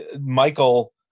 Michael